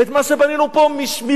את מה שבנינו פה מביצות,